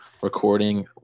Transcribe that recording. Recording